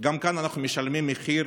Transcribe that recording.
גם כאן אנחנו משלמים מחיר